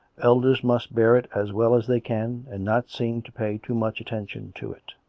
elders must bear it as well as they can and not seem to pay too much attention to it.